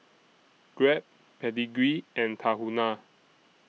Grab Pedigree and Tahuna